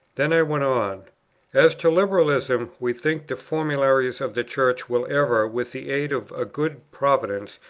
then i went on as to liberalism, we think the formularies of the church will ever, with the aid of a good providence,